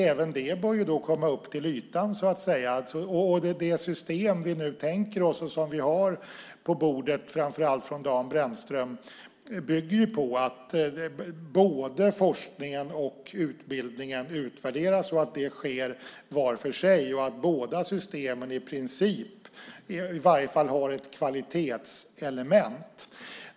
Även det bör förstås komma upp till ytan, och det system vi nu tänker oss och som vi har på bordet, framför allt från Dan Brännström, bygger på att både forskningen och utbildningen utvärderas, att det sker var för sig och att båda systemen, i princip i varje fall, har ett kvalitetselement.